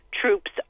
troops